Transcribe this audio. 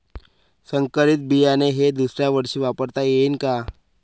संकरीत बियाणे हे दुसऱ्यावर्षी वापरता येईन का?